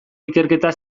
ikerketa